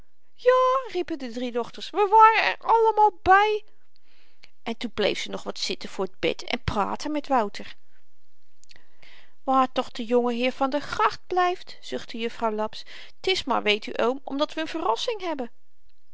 ja riepen de drie dochters we waren er allemaal by en toen bleef ze nog wat zitten voor t bed en praatte met wouter waar toch de jongeheer van der gracht blyft zuchtte jufvrouw laps t is maar weet u oom omdat we n verrassing hebben